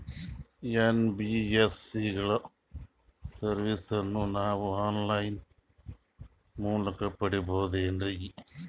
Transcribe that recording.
NBSC ಗಳ ಸರ್ವಿಸನ್ನ ನಾವು ಆನ್ ಲೈನ್ ಮೂಲಕ ಪಡೆಯಬಹುದೇನ್ರಿ?